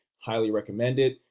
highly recommend it.